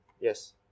Yes